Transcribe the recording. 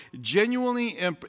genuinely